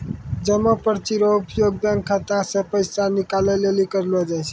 जमा पर्ची रो उपयोग बैंक खाता से पैसा निकाले लेली करलो जाय छै